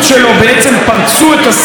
אדוני היושב-ראש,